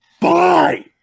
Bye